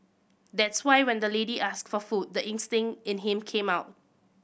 that's why when the lady asked for food the instinct in him came out